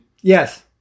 Yes